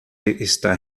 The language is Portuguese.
está